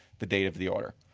the day of the order.